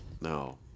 No